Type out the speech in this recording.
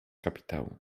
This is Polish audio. kapitału